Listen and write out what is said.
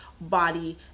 body